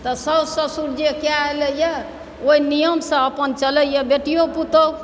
तऽ सासु ससुर जे कए एलैए ओहि नियमसँ अपन चलैए बेटियो पुतोहु